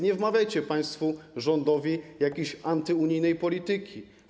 Nie wmawiajcie więc państwo rządowi jakichś antyunijnej polityki.